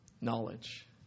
knowledge